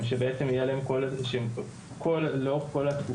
שיהיה להן תהליך ארוך של הכשרה ולמידת מיומנויות כל שנה,